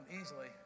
easily